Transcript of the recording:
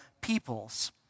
peoples